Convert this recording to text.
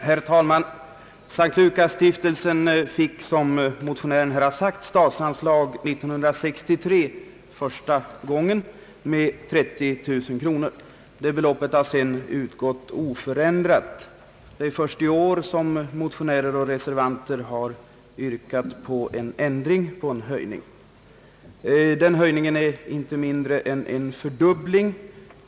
Herr talman! S:t Lukasstiftelsen fick som en av motionärerna nämnde statsanslag första gången år 1963 med 30 000 kronor. Det beloppet har sedan utgått oförändrat varje år. Det är först i år som motionärer och reservanter har yrkat på en höjning med 30000 konor, alltså en fördubbling av anslaget.